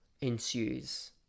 ensues